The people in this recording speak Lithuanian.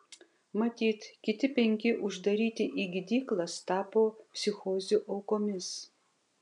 matyt kiti penki uždaryti į gydyklas tapo psichozių aukomis